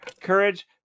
Courage